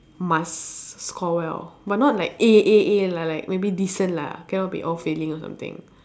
must score well but not like A A A like like maybe decent lah cannot be all failing or something